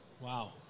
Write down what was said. Wow